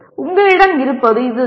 உங்களிடம் இருப்பது இதுதான்